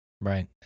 Right